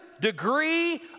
degree